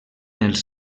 els